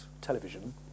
television